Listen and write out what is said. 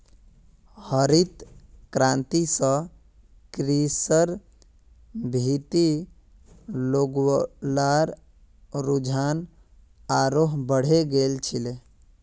हरित क्रांति स कृषिर भीति लोग्लार रुझान आरोह बढ़े गेल छिले